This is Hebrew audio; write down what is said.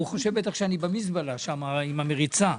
הוא חושב בטח שאני במזבלה, שם עם המריצה.